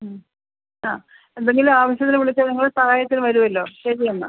ആ എന്തെങ്കിലും ആവശ്യത്തിന് വിളിച്ചാൽ നിങ്ങൾ സഹായത്തിന് വരുവല്ലോ ശരിയെന്നാൽ